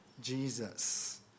jesus